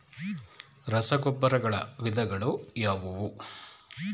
ರಸಗೊಬ್ಬರಗಳ ವಿಧಗಳು ಯಾವುವು?